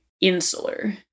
insular